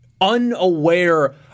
unaware